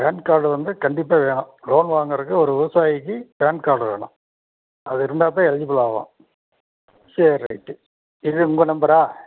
பான் card வந்து கண்டிப்பாக வேணும் லோன் வாங்கிறக்கு ஒரு விவசாயிக்கு பான் கார்டு வேணும் அது இருந்தா தான் எலிஜிபிள் ஆகும் சரி ரைட்டு இது உங்கள் நம்பரா